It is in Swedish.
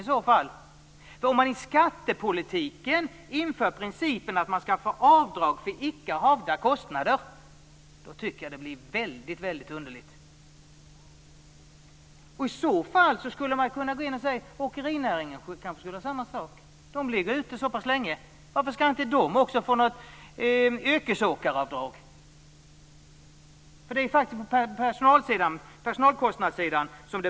Det blir väldigt underligt om man i skattepolitiken inför principen att kunna göra avdrag för icke-havda kostnader. I så fall går det att säga att åkerinäringen skall kunna göra samma sak. Varför skulle inte de kunna göra ett yrkesåkaravdrag? Det börjar bli kärvt i fråga om personalkostnader.